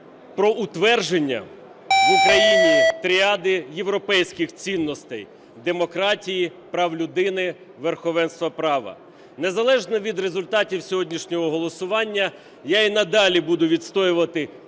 про утвердження в Україні тріади європейських цінностей: демократії, прав людини, верховенства права. Незалежно від результатів сьогоднішнього голосування, я й надалі буду відстоювати